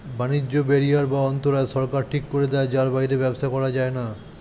বাণিজ্য ব্যারিয়ার বা অন্তরায় সরকার ঠিক করে দেয় যার বাইরে ব্যবসা করা যায়না